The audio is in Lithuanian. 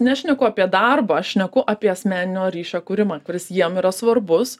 nešneku apie darbą aš šneku apie asmeninio ryšio kūrimą kuris jiem yra svarbus